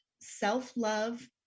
self-love